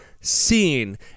seen